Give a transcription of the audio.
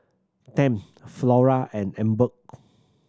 Tempt Flora and Emborg